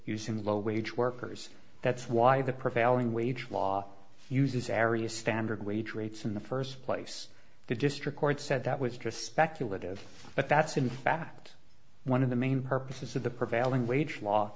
using low wage workers that's why the prevailing wage law uses area standard wage rates in the first place the district court said that was just speculative but that's in fact one of the main purposes of the prevailing wage law